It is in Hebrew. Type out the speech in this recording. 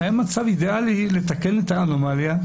היה מצב אידאלי לתקן את האנומליה,